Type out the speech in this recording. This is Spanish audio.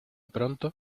pronto